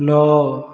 ନଅ